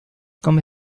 come